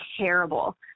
terrible